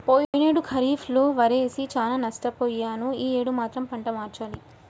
పోయినేడు ఖరీఫ్ లో వరేసి చానా నష్టపొయ్యాను యీ యేడు మాత్రం పంట మార్చాలి